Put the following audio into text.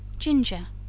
ginger.